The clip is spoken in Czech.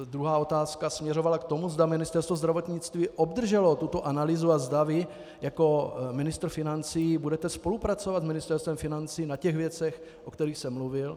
Druhá otázka směřovala k tomu, zda Ministerstvo zdravotnictví obdrželo tuto analýzu a zda vy jako ministr financí budete spolupracovat s Ministerstvem financí na těch věcech, o kterých jsem mluvil.